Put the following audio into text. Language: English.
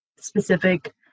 Specific